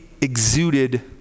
exuded